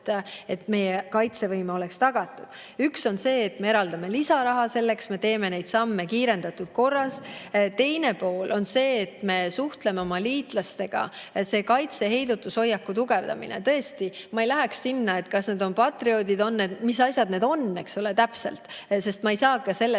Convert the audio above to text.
et meie kaitsevõime oleks tagatud. Üks on see, et me eraldame lisaraha ja selleks me teeme neid samme kiirendatud korras. Teine on see, et me suhtleme oma liitlastega, [eesmärk] on kaitse- ja heidutushoiaku tugevdamine. Tõesti, ma ei läheks detailideni, kas need on Patriotid või mis asjad need on täpselt, sest ma ei saa sellest